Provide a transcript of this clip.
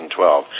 2012